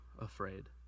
afraid